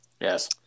Yes